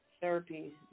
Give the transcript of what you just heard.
therapy